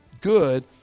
good